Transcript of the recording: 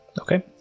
okay